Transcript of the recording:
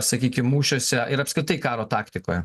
sakykim mūšiuose ir apskritai karo taktikoje